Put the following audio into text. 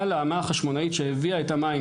על האמה החשמונאית שהביאה את המים